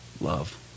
love